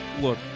look